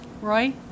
Roy